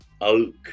oak